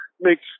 makes